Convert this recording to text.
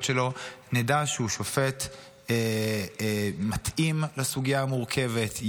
שלו נדע שהוא שופט מתאים לסוגיה המורכבת,